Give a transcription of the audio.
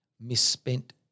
misspent